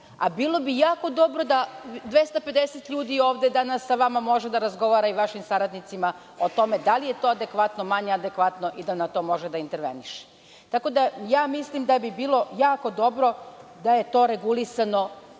a bilo bi jako dobro da 250 ljudi ovde danas sa vama može da razgovara i vašim saradnicima o tome da li je to adekvatno, manje adekvatno i da na to može da interveniše. Tako, da mislim da bi bilo jako dobro, da je to regulisano